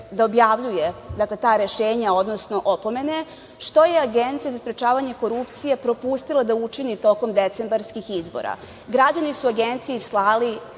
objavljuje ta rešenja, odnosno opomene, što je Agencija za sprečavanje korupcije propustila da učini tokom decembarskih izbora. Građani su Agenciji slali